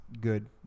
good